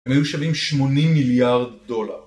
הם היו שווים 80 מיליארד דולר